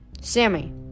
Sammy